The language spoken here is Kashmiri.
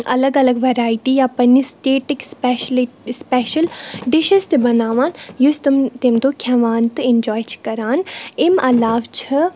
الگ الگ ویٚرایٹی یا پنٕنہِ سِٹیٹٕکۍ سپیشلی سُپیشَل ڈِشِز تہِ بَناوان یُس تٕم تمہِ دۄہ کھیٚوان تہٕ اٮ۪نٛجاے چھِ کَران اَمہِ علاوٕ چھِ